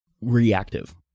reactive